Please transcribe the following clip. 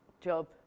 job